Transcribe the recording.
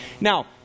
Now